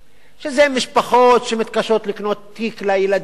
שזה משפחות שמתקשות לקנות תיק לילדים,